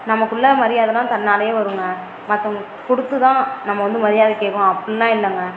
நமக்குள்ளே மரியாதலாம் தன்னாலே வருங்க மற்றவங்களுக்கு கொடுத்து தான் நம்ம வந்து மரியாதை கேட்கணும் அப்படிலாம் இல்லைங்க